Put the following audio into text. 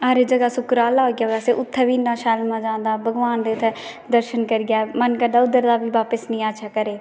ते जियां सुकराला उत्थें बी इन्ना मज़ा आइया की उत्थें दर्शन करियै मन निं करदा काी उत्थां बापस निं आचै घरै ई